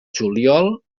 juliol